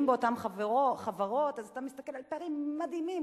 באותן חברות אתה מסתכל על פערים מדהימים,